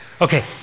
Okay